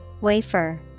Wafer